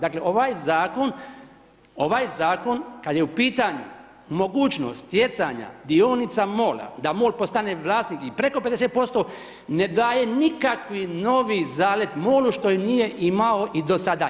Dakle ovaj zakon, ovaj zakon kada je mogućnost stjecanja dionica MOL-a da MOL postane vlasnik i preko 50% ne daje nikakvi novi zalet MOLU što nije imao i do sada.